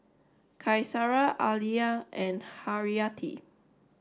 Qaisara Alya and Haryati